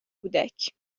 کودک